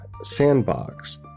sandbox